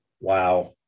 Wow